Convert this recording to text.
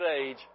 age